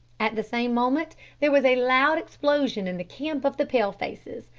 at the same moment there was a loud explosion in the camp of the pale-faces,